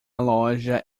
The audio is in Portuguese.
loja